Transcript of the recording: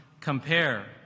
compare